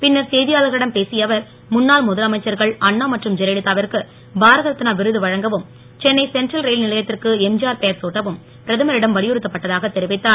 பின்னர் செய்தியாளர்களிடம் பேசிய அவர் முன்னாள் முதலமைச்சர்கள் அண்ணா மற்றும் ஜெயலலிதாவிற்கு பாரத ரத்னா விருது வழங்கவும் சென்னை சென்ட்ரல் ரயில் நிலையத்திற்கு எம்திஆர் பெயர் தூட்டவும் பிரதமரிடம் வலியுறுத்தப்பட்டதாக தெரிவித்தார்